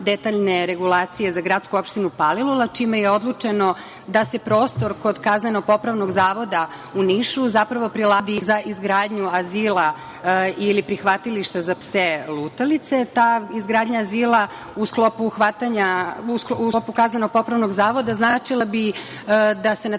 detaljne regulacije za gradsku opštinu Palilula, čime je odlučeno da se prostor kod kazneno-popravnog zavoda u Nišu zapravo prilagodi za izgradnju azila ili prihvatilišta za pse lutalice. Ta izgradnja azila u sklopu kazneno-popravnog zavoda značila bi da se na